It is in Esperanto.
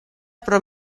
pro